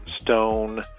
stone